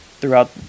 throughout